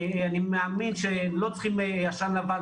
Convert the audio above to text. אני מאמין שלא צריך עשן לבן,